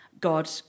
God